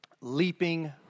leaping